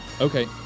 Okay